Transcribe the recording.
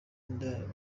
inda